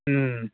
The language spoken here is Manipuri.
ꯎꯝ